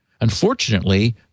Unfortunately